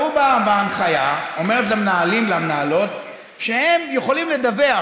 ראו בהנחיה האומרת למנהלים ולמנהלות שהם יכולים לדווח,